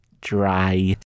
dry